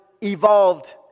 evolved